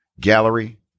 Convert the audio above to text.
Gallery